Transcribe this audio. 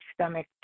stomach